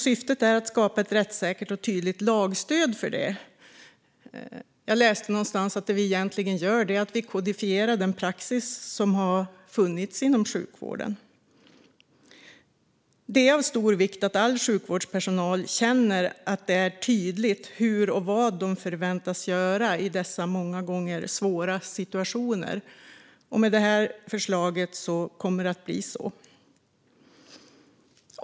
Syftet är att skapa ett rättssäkert och tydligt lagstöd för detta. Jag läste någonstans att det vi egentligen gör är att kodifiera den praxis som redan finns i sjukvården. Det är av stor vikt att all sjukvårdspersonal känner att det är tydligt vad de förväntas göra i dessa många gånger svåra situationer. Med detta förslag blir det så.